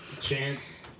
Chance